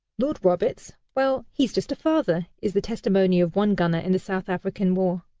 lord roberts! well, he's just a father, is the testimony of one gunner in the south african war.